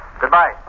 Goodbye